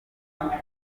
amazi